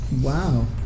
Wow